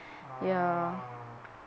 oh